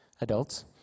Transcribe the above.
adults